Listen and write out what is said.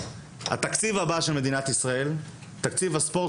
בתקציב הבא של מדינת ישראל תקציב הספורט